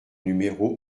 numéro